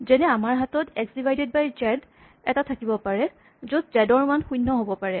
যেনে আমাৰ হাতত এক্স ডিভাইডেদ বাই জেড এটা থাকিব পাৰে য'ত জেড ৰ মান শূণ্য হ'ব পাৰে